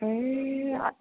ए